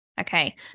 Okay